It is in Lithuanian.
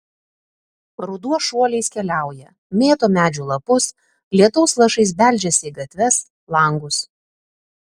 ruduo šuoliais keliauja mėto medžių lapus lietaus lašais beldžiasi į gatves langus